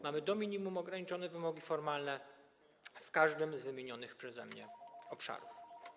Mamy do minimum ograniczone wymogi formalne w każdym z wymienionych przeze mnie obszarów.